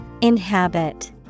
Inhabit